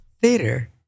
theater